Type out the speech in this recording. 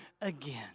again